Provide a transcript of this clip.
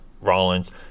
Rollins